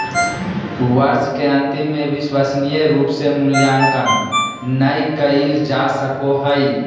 वर्ष के अन्तिम में विश्वसनीय रूप से मूल्यांकन नैय कइल जा सको हइ